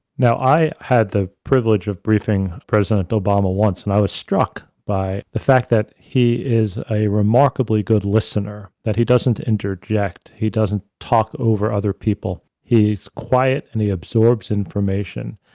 now, i had the privilege of briefing president obama once, and i was struck by the fact that he is a remarkably good listener that he doesn't interject, he doesn't talk over other people, he's quiet and he absorbs information,